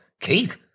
Keith